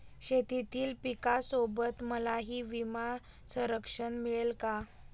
शेतीतील पिकासोबत मलाही विमा संरक्षण मिळेल का?